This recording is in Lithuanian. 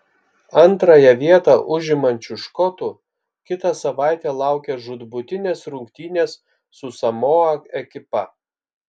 antrąją vietą užimančių škotų kitą savaitę laukią žūtbūtinės rungtynės su samoa ekipa